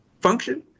function